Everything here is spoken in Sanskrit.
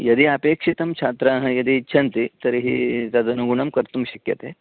यदि अपेक्षितं छात्राः यदि इच्छन्ति तर्हि तदनुगुणं कर्तुं शक्यते